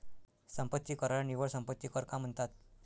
संपत्ती कराला निव्वळ संपत्ती कर का म्हणतात?